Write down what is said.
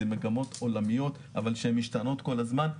אלה מגמות עולמיות שמשתנות כל הזמן,